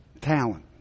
Talent